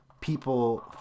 people